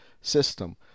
system